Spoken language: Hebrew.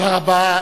תודה רבה.